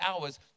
hours